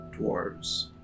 Dwarves